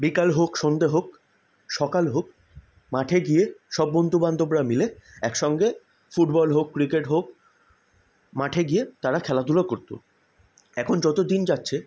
বিকাল হোক সন্ধ্যে হোক সকাল হোক মাঠে গিয়ে সব বন্ধুবান্ধবরা মিলে একসঙ্গে ফুটবল হোক ক্রিকেট হোক মাঠে গিয়ে তারা খেলাধুলো করত এখন যত দিন যাচ্ছে